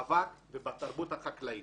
באבק ובתרבות החקלאית.